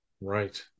Right